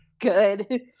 good